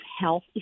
health